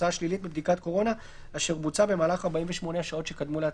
תוצאה שלילית בבדיקת קורונה אשר בוצעה במהלך 48 השעות שקדמו להצגתה";"